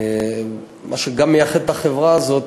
ומה שגם מייחד את החברה הזאת,